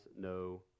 no